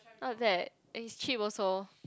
not bad and it's cheap also